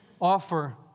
offer